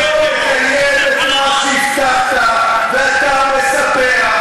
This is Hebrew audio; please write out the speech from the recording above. למה אתה פוגע במשפחות של נפגעי טרור?